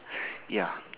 ya